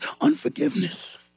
unforgiveness